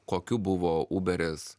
kokiu buvo uberis